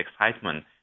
excitement